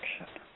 action